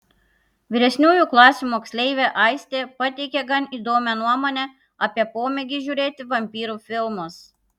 vyresniųjų klasių moksleivė aistė pateikė gan įdomią nuomonę apie pomėgį žiūrėti vampyrų filmus